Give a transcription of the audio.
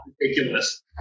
ridiculous